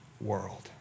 world